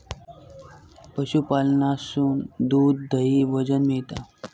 पशूपालनासून दूध, दही, भोजन मिळता